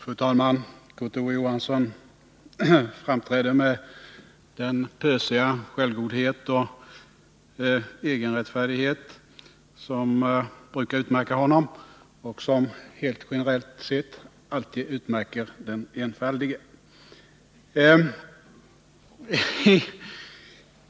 Fru talman! Kurt Ove Johansson framträder med den pösiga självgodhet och egenrättfärdighet som brukar utmärka honom och som generellt sett alltid utmärker den enfaldige.